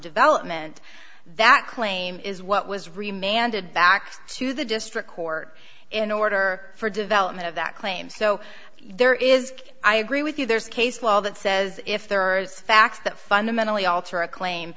development that claim is what was remained it back to the district court in order for development of that claim so there is i agree with you there's case law that says if there are facts that fundamentally alter a claim